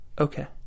okay